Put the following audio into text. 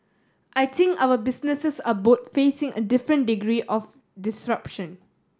I think our businesses are both facing a different degree of disruption